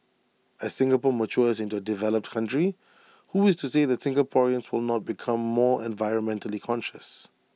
as Singapore matures into A developed country who is to say that Singaporeans will not become more environmentally conscious